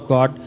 God